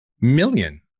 million